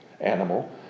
animal